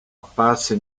apparsi